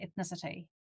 ethnicity